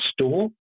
store